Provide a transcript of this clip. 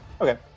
Okay